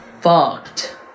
fucked